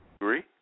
Agree